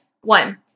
One